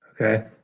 Okay